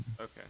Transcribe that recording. Okay